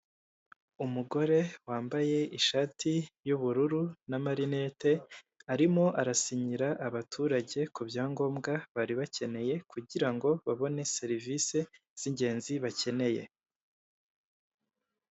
Umugore wambaye ishati y'ubururu n'amarinete arimo arasinyira abaturage ku byangombwa bari bakeneye kugira ngo babone serivise z'ingenzi bakeneye.